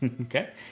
Okay